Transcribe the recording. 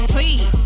Please